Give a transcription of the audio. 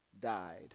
died